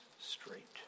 straight